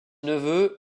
neveux